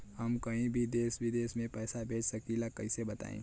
हम कहीं भी देश विदेश में पैसा भेज सकीला कईसे बताई?